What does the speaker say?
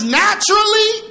naturally